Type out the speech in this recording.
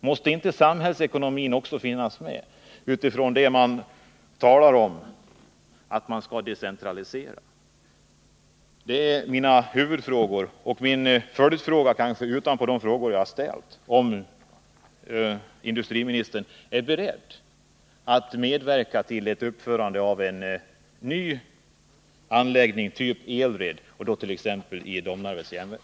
Måste inte samhällsekonomin finnas med också med hänsyn till talet om att man vill decentralisera? Min följdfråga blir: Är industriministern beredd att medverka till ett uppförande av en ny anläggning, typ elred, t.ex. i Domnarvets Jernverk?